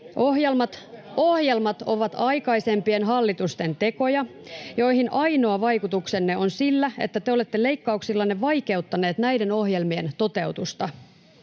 Ohjelmat ovat aikaisempien hallitusten tekoja, joihin ainoa vaikutuksenne on sillä, että te olette leikkauksillanne vaikeuttaneet näiden ohjelmien toteutusta.